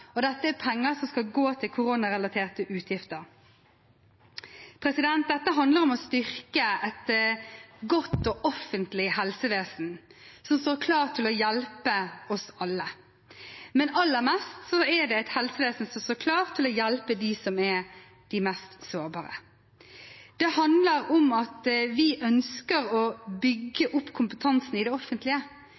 Dette er penger som skal gå til koronarelaterte utgifter. Dette handler om å styrke et godt og offentlig helsevesen som står klar til å hjelpe oss alle, men aller mest er det et helsevesen som står klar til å hjelpe de mest sårbare. Det handler om at vi ønsker å bygge opp kompetansen i det offentlige.